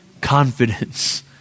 confidence